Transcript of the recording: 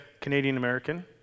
Canadian-American